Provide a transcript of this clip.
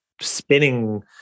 spinning